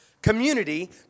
community